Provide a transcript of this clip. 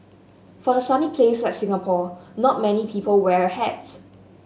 for a sunny place like Singapore not many people wear a hats